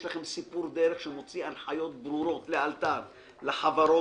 יש לכם סיפור דרך שמוציא הנחיות ברורות לאלתר לחברות,